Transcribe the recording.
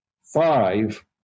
Five